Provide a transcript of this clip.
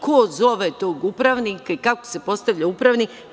Ko zove tog upravnika i kako se postavlja upravnik?